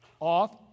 Off